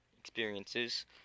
experiences